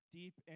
deep